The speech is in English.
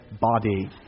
body